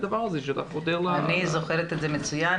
אני זוכרת את זה מצוין.